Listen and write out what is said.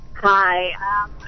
Hi